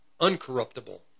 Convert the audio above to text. uncorruptible